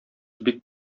бик